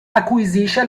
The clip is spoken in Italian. acquisisce